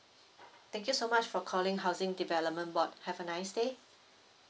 thank you so much for calling housing development board have a nice day